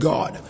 God